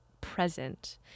present